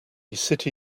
city